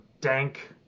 dank